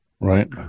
Right